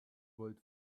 wollt